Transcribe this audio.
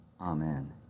amen